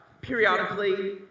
Periodically